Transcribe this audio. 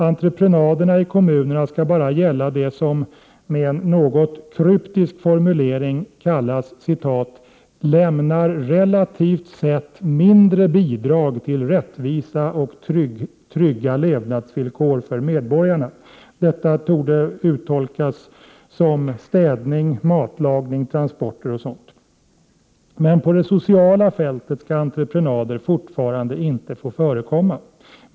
Entreprenaderna i kommunerna skall bara gälla det som — uttryckt med en något kryptisk formulering — ”lämnar relativt sett mindre bidrag till rättvisa och trygga levnadsvillkor för medborgarna”. Detta torde kunna uttolkas som städning, matlagning, transporter etc. Men på det sociala fältet skall entreprenader fortfarande inte få förekomma.